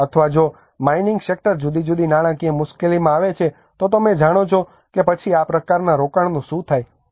અથવા જો mining sector જુદી જુદી નાણાકીય મુશ્કેલીમાં આવે છે તો તમે જાણો છો કે પછી આ પ્રકારના રોકાણનું શું થાય છે